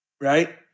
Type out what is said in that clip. right